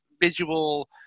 visual